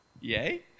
Yay